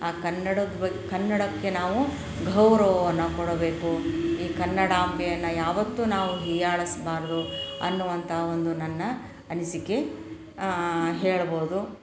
ಆ ಕನ್ನಡದ ಬಗ್ಗೆ ಕನ್ನಡಕ್ಕೆ ನಾವು ಗೌರವವನ್ನು ಕೊಡಬೇಕು ಈ ಕನ್ನಡಾಂಬೆಯನ್ನು ಯಾವತ್ತೂ ನಾವು ಹೀಯಾಳಿಸ್ಬಾರ್ದು ಅನ್ನುವಂಥ ಒಂದು ನನ್ನ ಅನಿಸಿಕೆ ಹೇಳ್ಬೋದು